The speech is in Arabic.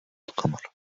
القمر